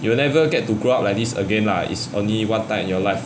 you will never get to grow up like this again lah it's only one time in your life